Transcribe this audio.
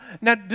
now